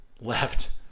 left